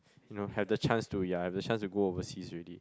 you know have the chance to ya you have the chance to go overseas already